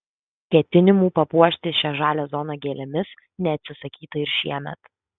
ketinimų papuošti šią žalią zoną gėlėmis neatsisakyta ir šiemet